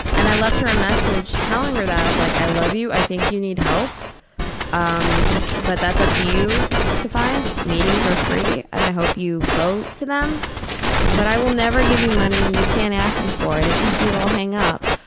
and i left her a message telling her that of like i love you. i think you need help um but that's up to you to find. meetings are free and i hope you go to them but i will never give you money. you can't ask me for it. if you do, i'll hang up.